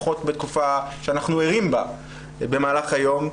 לפחות בתקופה שאנחנו ערים בה במהלך היום,